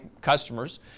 customers